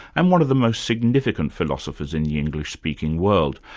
and one of the most significant philosophers in the english-speaking world,